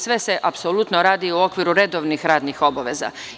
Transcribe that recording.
Sve se apsolutno radi u okviru redovnih radnih obaveza.